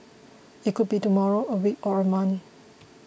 it could be tomorrow a week or a month